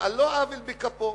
על לא עוול בכפו.